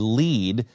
lead